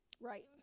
Right